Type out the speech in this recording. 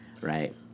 right